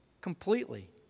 completely